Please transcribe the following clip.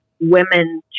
women